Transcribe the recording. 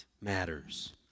matters